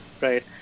right